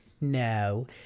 No